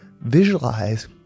visualize